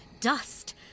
dust